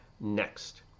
Next